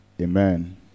Amen